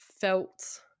felt